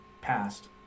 passed